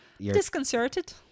Disconcerted